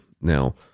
Now